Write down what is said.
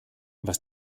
was